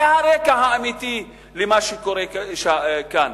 זה הרקע האמיתי למה שקורה כאן.